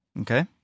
okay